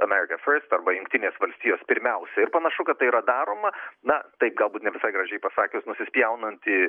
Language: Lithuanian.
amerika first arba jungtinės valstijos pirmiausia ir panašu kad tai yra daroma na tai galbūt ne visai gražiai pasakius nusispjaunant į